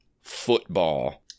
football